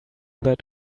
that